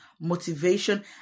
motivation